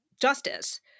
justice